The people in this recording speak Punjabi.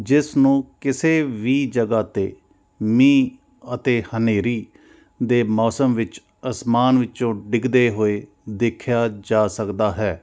ਜਿਸ ਨੂੰ ਕਿਸੇ ਵੀ ਜਗ੍ਹਾ 'ਤੇ ਮੀਂਹ ਅਤੇ ਹਨੇਰੀ ਦੇ ਮੌਸਮ ਵਿੱਚ ਅਸਮਾਨ ਵਿੱਚੋਂ ਡਿੱਗਦੇ ਹੋਏ ਦੇਖਿਆ ਜਾ ਸਕਦਾ ਹੈ